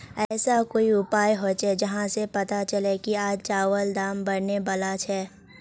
ऐसा कोई उपाय होचे जहा से पता चले की आज चावल दाम बढ़ने बला छे?